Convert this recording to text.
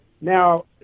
Now